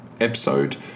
episode